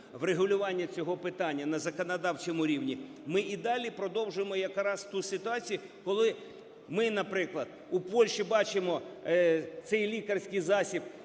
врегулювання цього питання на законодавчому рівні, ми і далі продовжуємо якраз ту ситуацію, коли ми, наприклад, у Польщі бачимо цей лікарський засіб